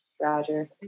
Roger